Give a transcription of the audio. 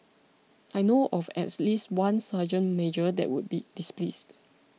I know of at least one sergeant major that would be displeased